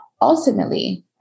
Ultimately